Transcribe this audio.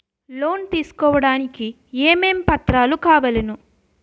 Loan తీసుకోడానికి ఏమేం పత్రాలు కావలెను?